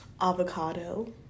Avocado